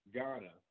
Ghana